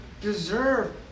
deserve